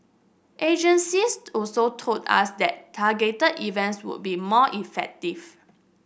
agencies also told us that targeted events would be more effective